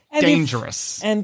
Dangerous